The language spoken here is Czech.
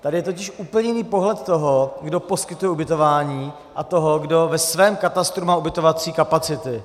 Tady je totiž úplně jiný pohled toho, kdo poskytuje ubytování, a toho, kdo ve svém katastru má ubytovací kapacity.